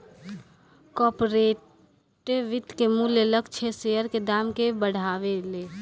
corporate वित्त के मूल्य लक्ष्य शेयर के दाम के बढ़ावेले